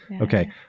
Okay